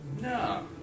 No